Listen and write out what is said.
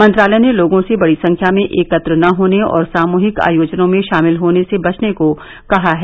मंत्रालय ने लोगों से बड़ी संख्या में एकत्र न होने और सामूहिक आयोजनों में शामिल होने से बचने को कहा है